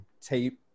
tape